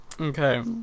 okay